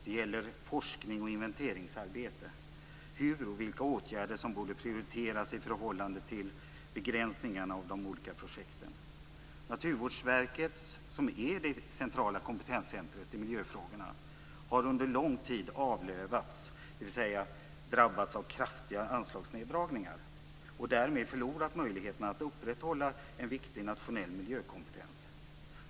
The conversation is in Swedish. Det gäller forskning och inventeringsarbete, hur detta borde prioriteras och vilka åtgärder som borde prioriteras i förhållande till begränsningarna av de olika projekten. Naturvårdsverket, som är det centrala kompetenscentret för miljöfrågorna, har under lång tid "avlövats", dvs. drabbats av kraftiga anslagsneddragningar, och därmed förlorat möjligheterna att upprätthålla en viktig nationell miljökompetens.